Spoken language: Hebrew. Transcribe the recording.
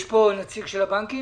יש פה נציג של הבנקים?